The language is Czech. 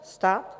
Stát?